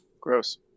Gross